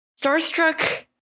Starstruck